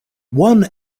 one